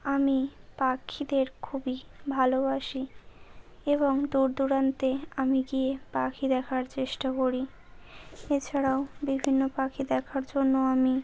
আমি পাখিদের খুবই ভালোবাসি এবং দূরদূরান্তে আমি গিয়ে পাখি দেখার চেষ্টা করি এছাড়াও বিভিন্ন পাখি দেখার জন্য আমি